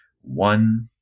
one